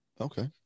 Okay